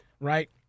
right